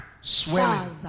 swelling